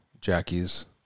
jackie's